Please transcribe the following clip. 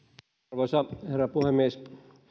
arvoisa herra puhemies